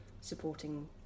supporting